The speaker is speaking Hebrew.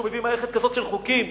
שהוא מביא מערכת כזאת של חוקים.